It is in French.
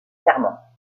serment